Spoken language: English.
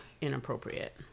inappropriate